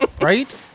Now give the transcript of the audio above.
Right